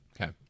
Okay